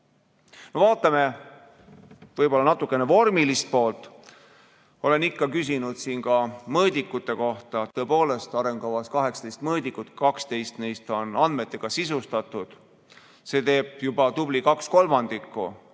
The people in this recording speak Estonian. Vaatame võib-olla natukene vormilist poolt. Olen ikka küsinud siin ka mõõdikute kohta. Tõepoolest, arengukavas on 18 mõõdikut, 12 neist on andmetega sisustatud. See teeb juba tubli 2/3. Eile